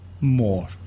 more